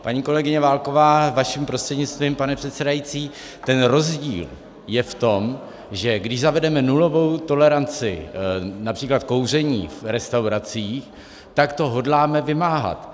Paní kolegyně Válková, vaším prostřednictvím, pane předsedající, ten rozdíl je v tom, že když zavedeme nulovou toleranci například v kouření v restauracích, tak to hodláme vymáhat.